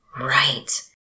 Right